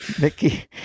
Mickey